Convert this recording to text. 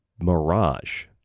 mirage